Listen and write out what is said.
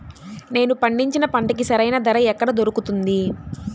నేను పండించిన పంటకి సరైన ధర ఎక్కడ దొరుకుతుంది?